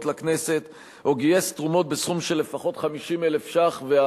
לכנסת או גייס תרומות בסכום של 80,000 ש"ח לפחות,